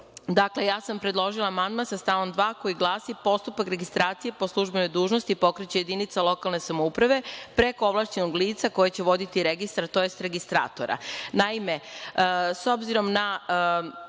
Dakle, ja sam predložila amandman sa stavom 2. koji glasi: „Postupak registracije po službenoj dužnosti pokreće jedinica lokalne samouprave, preko ovlašćenog lica koje će voditi registar, tj. registratora“.Naime,